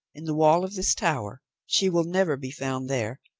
in the wall of this tower. she will never be found there,